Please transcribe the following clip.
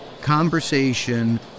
conversation